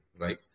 right